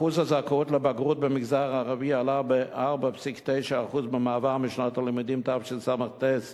הזכאות לבגרות במגזר הערבי עלתה ב-4.9% במעבר משנת הלימודים תשס"ט